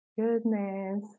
goodness